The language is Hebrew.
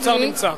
שר האוצר נמצא,